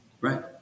Right